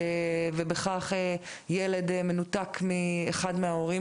ובכך ילד מנותק מאחד מהוריו,